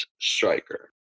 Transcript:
striker